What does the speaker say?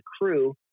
crew